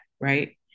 right